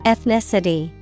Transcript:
Ethnicity